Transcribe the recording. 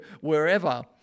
wherever